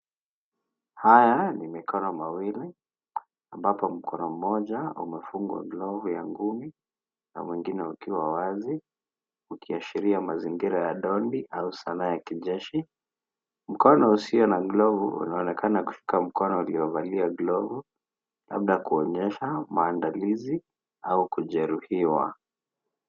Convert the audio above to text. Haya ni mikono miwili, ambapo mkono mmoja umefungwa glovu ya ngumi na wengine ukiwa wazi, ukiashiria mazingira ya dondi au sala ya kijeshi. Mkono usio na glovu unaonekana kushika mkono uliovalia glovu, labda kuonyesha maandalizi au kujeruhiwa.